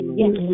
yes